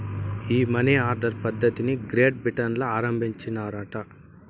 ఈ money order పద్ధతిది Great Britain ల ఆరంబించినారట